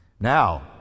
Now